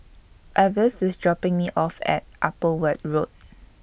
Avis IS dropping Me off At Upper Weld Road